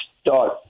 start